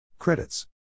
credits